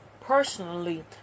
personally